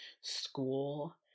school